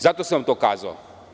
Zato sam vam to kazao.